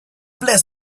bless